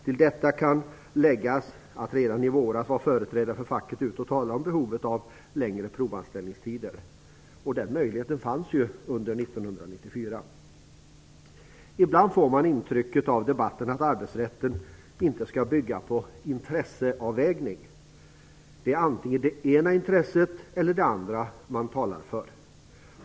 Till detta kan läggas att företrädare för facket redan i våras var ute och talade om behovet av längre provanställningstider. Den möjligheten fanns ju under 1994. Ibland får man intrycket av debatten att arbetsrätten inte skall bygga på intresseavvägning. Det är antingen det ena intresset eller det andra som man talar för.